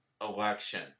election